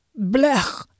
Blech